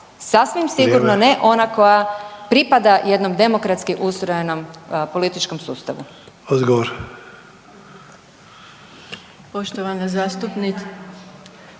Sasvim sigurno ne ona koja pripada jednom demokratski ustrojenom političkom sustavu.